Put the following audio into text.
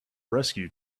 rescue